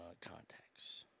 Contacts